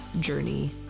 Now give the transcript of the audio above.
journey